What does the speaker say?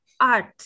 art